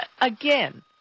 again